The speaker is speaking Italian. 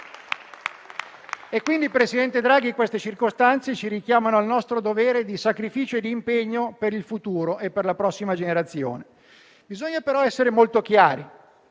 Presidente Draghi, queste circostanze ci richiamano al nostro dovere di sacrificio e di impegno per il futuro e per la prossima generazione. Bisogna, però, essere molto chiari: